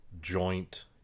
joint